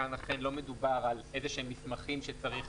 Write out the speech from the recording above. כאן אכן לא מדובר על איזשהם מסמכים שצריך